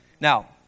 Now